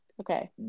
Okay